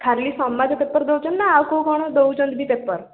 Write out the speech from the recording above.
ଖାଲି ସମାଜ ପେପର୍ ଦେଉଛନ୍ତି ନା ଆଉ କେଉଁ କ'ଣ ବି ଦେଉଛନ୍ତି ପେପର୍